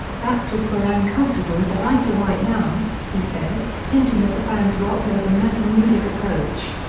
that's just where i'm comfortable as a writer right now, he said, hinting at the band's rock over metal music approach.